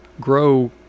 grow